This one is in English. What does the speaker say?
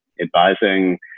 advising